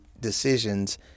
decisions